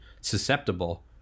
susceptible